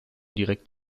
direkt